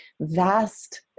vast